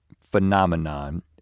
phenomenon